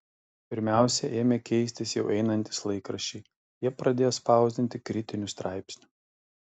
pirmiausia ėmė keistis jau einantys laikraščiai jie pradėjo spausdinti kritinių straipsnių